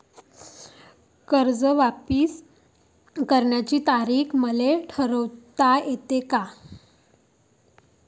कर्ज वापिस करण्याची तारीख मले ठरवता येते का?